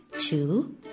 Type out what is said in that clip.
two